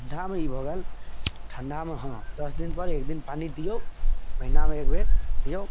ठण्डामे ई भऽ गेल ठण्डामे हँ दस दिनपर एक दिन पानी दिऔ महिनामे एकबेर दिऔ